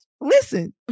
Listen